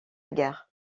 guerre